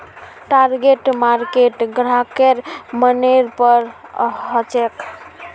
target market ग्राहकेर मनेर पर हछेक